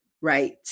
Right